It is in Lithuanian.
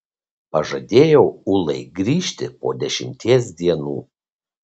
pažadėjau ulai grįžti po dešimties dienų